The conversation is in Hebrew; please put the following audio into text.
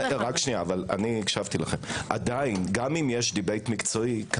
גם אם יש דיבייט מקצועי,